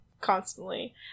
constantly